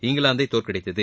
இங்கிலாந்தை தோற்கடித்தது